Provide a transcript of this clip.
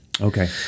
Okay